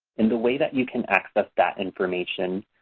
and the way that you can access that information,